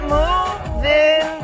moving